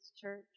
church